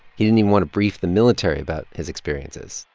he didn't even want to brief the military about his experiences.